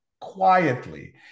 quietly